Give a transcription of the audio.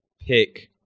pick